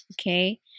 okay